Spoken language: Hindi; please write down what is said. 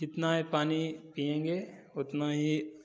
जितना भी पानी पियेंगे उतना ही